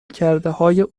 کردههای